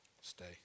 Stay